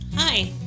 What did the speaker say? Hi